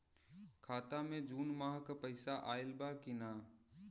खाता मे जून माह क पैसा आईल बा की ना?